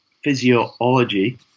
physiology